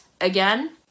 again